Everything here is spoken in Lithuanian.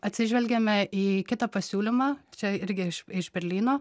atsižvelgiame į kitą pasiūlymą čia irgi iš iš berlyno